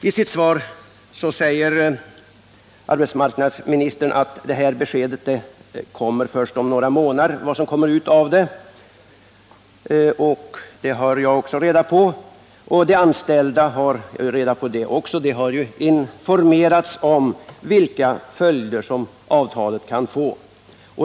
I sitt svar säger arbetsmarknadsministern att besked om vad som kommer ut av förhandlingarna väntas först om några månader. Det har jag och de anställda reda på. De anställda har informerats om vilka följder som avtalet kan få.